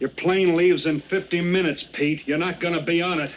your plane leaves in fifteen minutes paid you're not going to be